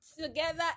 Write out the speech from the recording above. together